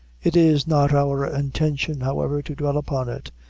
it is not our intention, however, to dwell upon it.